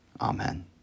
Amen